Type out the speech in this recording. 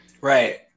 Right